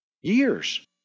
years